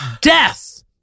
Death